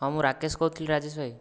ହଁ ମୁଁ ରାକେଶ କହୁଥିଲି ରାଜେଶ ଭାଇ